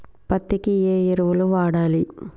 పత్తి కి ఏ ఎరువులు వాడాలి?